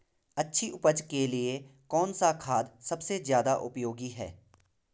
अच्छी उपज के लिए कौन सा खाद सबसे ज़्यादा उपयोगी है?